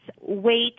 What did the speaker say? weight